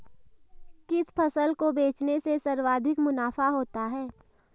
किस फसल को बेचने से सर्वाधिक मुनाफा होता है?